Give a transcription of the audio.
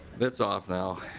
that's off now.